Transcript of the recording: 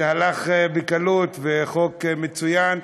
זה הלך בקלות, וחוק מצוין,